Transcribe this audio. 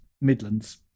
Midlands